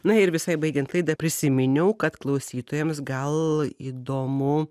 na ir visai baigiant laidą prisiminiau kad klausytojams gal įdomu